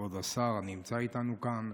כבוד השר הנמצא איתנו כאן,